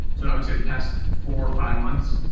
so i would say the past four or five months,